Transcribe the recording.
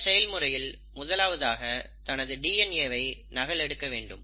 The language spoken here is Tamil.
இந்த செயல்முறையில் முதலாவதாக தனது டிஎன்ஏ வை நகல் எடுக்க வேண்டும்